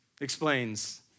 explains